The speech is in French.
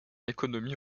économie